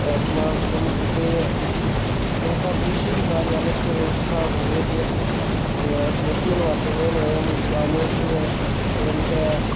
अस्माकं कृते एतादृशी कार्यानस्य व्यवस्था भवेत् यत् यस् यस्मिन् माध्यमेन वयं ग्रामेषु एवञ्च